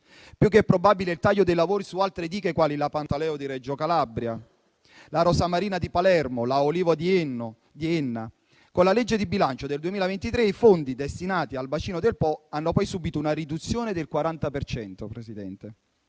più che probabile il taglio dei lavori su altre dighe quali la Pantaleo (Reggio Calabria), la Rosamarina (Palermo), la Olivo (Enna); con la legge di bilancio per il 2023 i fondi destinati al bacino del Po hanno subito una riduzione del 40